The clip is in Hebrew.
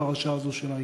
לפרשה הזו של "אי.קיו.טק".